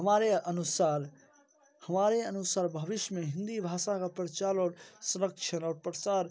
हमारे अनुसार हमारे अनुसार भविष्य में हिंदी भाषा का प्रचार और सुरक्षा और प्रसार